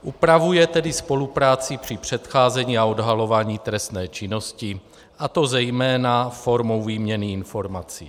Upravuje tedy spolupráci při předcházení a odhalování trestné činnosti, a to zejména formou výměny informací.